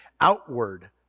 outward